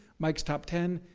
mike's top ten,